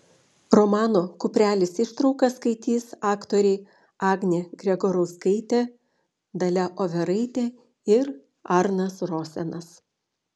romano kuprelis ištrauką skaitys aktoriai agnė gregorauskaitė dalia overaitė ir arnas rosenas